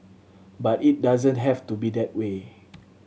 but it doesn't have to be that way